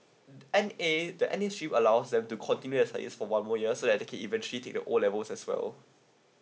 N_A the N_A stream allows them to continue as uh is for one more year so that they can eventually take the O levels as well